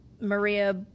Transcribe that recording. Maria